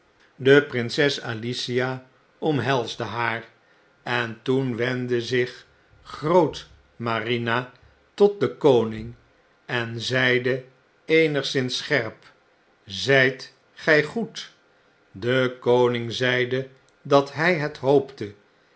de prinses alicia omhelsde haar en toen wendde zich grootmarina tot den koning en zeide eenigszins scherp zp gjj goed de koning zeide dat hy het hoopte